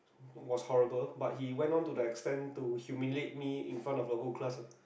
was horrible but he went on to the expand to humiliate me in front of the whole class